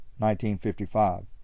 1955